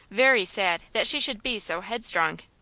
very sad that she should be so headstrong,